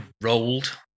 rolled